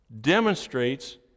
demonstrates